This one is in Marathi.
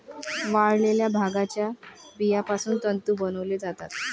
वाळलेल्या भांगाच्या बियापासून तंतू बनवले जातात